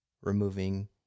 removing